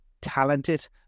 talented